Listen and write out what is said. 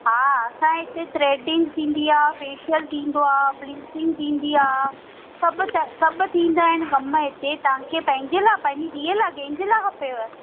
हा असांजे हिते थ्रेडिंग थींदी आहे फेशियल थींदो आहे ब्लीचिंग थींदी आहे सभु सभु थींदा आहिनि कमु हिते तव्हां खे पंहिंजे लाइ पंहिंजी धीअ लाइ कंहिंजे लाइ खपेव